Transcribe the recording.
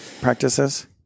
practices